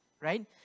right